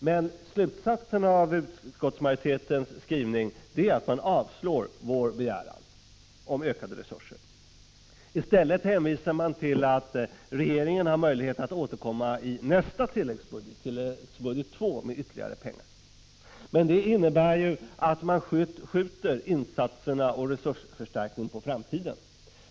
Men slutsatsen av utskottsmajoritetens skrivning är att man avstyrker vår begäran om ökade resurser. I stället hänvisar man till att regeringen har möjlighet att återkomma i nästa tilläggsbudget — tilläggsbudget II — med ytterligare pengar. Men det innebär ju att man skjuter insatserna och resursförstärkningarna på framtiden.